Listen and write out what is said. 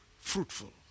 fruitful